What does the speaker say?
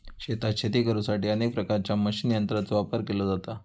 शेतात शेती करुसाठी अनेक प्रकारच्या मशीन यंत्रांचो वापर केलो जाता